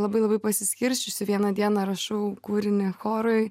labai labai pasiskirsčiusi vieną dieną rašau kūrinį chorui